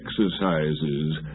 exercises